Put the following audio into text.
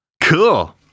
Cool